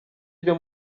ryo